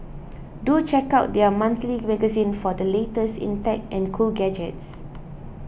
do check out their monthly magazine for the latest in tech and cool gadgets